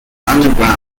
underground